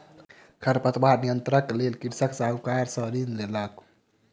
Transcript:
खरपतवार नियंत्रणक लेल कृषक साहूकार सॅ ऋण लेलक